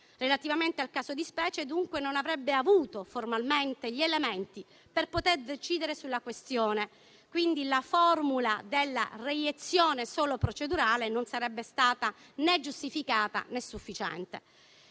Relativamente al caso di specie, dunque, non avrebbe avuto formalmente gli elementi per poter decidere sulla questione; quindi la formula della reiezione solo procedurale non sarebbe stata né giustificata, né sufficiente.